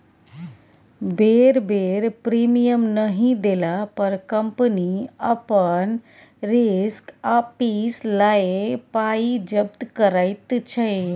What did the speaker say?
बेर बेर प्रीमियम नहि देला पर कंपनी अपन रिस्क आपिस लए पाइ जब्त करैत छै